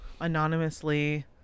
anonymously